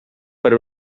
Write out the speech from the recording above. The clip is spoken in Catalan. per